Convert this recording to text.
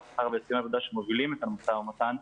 כאגף השכר והסכמי עבודה שמובילים את המשא ומתן,